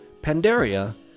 Pandaria